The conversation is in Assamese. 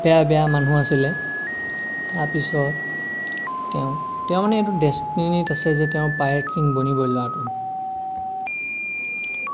বেয়া বেয়া মানুহ আছিলে তাৰপিছত তেওঁ তেওঁৰ মানে এইটো ডেষ্টিনিত আছে যে তেওঁ পাইৰেট কিং বনিবই ল'ৰাটো